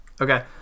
Okay